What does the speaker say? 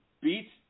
beats